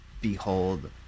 behold